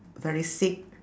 very sick